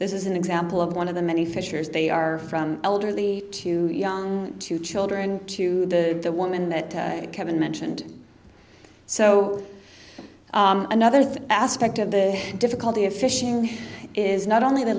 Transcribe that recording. this is an example of one of the many fissures they are from elderly to young to children to the the woman that kevin mentioned so another thing aspect of the difficulty of fishing is not only the